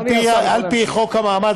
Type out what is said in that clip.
על-פי חוק המעמד,